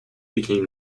became